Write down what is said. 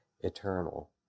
eternal